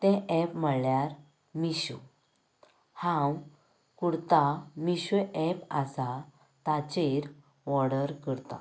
तें एप म्हळ्यार मिशो हांव कुर्ता मिशो एप आसा ताचेर ऑर्डर करतां